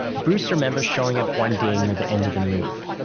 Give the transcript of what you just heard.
bruce remembers showing up one day near the end of the move.